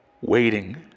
Waiting